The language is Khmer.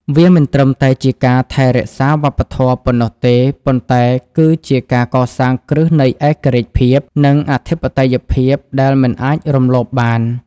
វាមិនត្រឹមតែជាការថែរក្សាវប្បធម៌ប៉ុណ្ណោះទេ ប៉ុន្តែគឺជាការកសាងគ្រឹះនៃឯករាជ្យភាព និងអធិបតេយ្យភាពដែលមិនអាចរំលោភបាន។